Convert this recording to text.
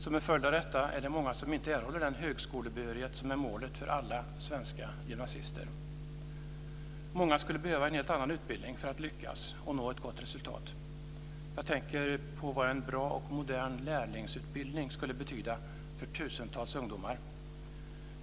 Som en följd av detta är det många som inte erhåller den högskolebehörighet som är målet fö r alla svenska gymnasister. Många skulle behöva en helt annan utbildning för att lyckas och nå ett gott resultat. Jag tänker på vad en bra och modern lärlingsutbildning skulle betyda för tusentals ungdomar.